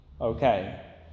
Okay